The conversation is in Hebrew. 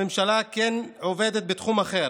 הממשלה כן עובדת בתחום אחר,